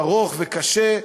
ארוך וקשה,